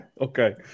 Okay